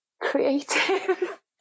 Creative